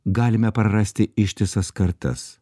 galime prarasti ištisas kartas